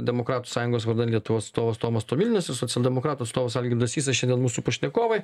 demokratų sąjungos vardan lietuvos atstovas tomas tomilinas ir socialdemokratas algirdas sysas šiandien mūsų pašnekovai